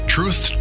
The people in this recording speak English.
Truth